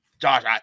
Josh